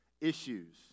issues